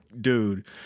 dude